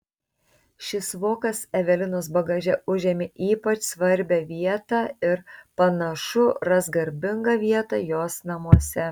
šis vokas evelinos bagaže užėmė ypač svarbią vietą ir panašu ras garbingą vietą jos namuose